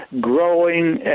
growing